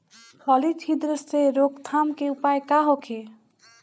फली छिद्र से रोकथाम के उपाय का होखे?